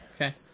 Okay